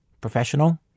professional